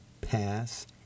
pass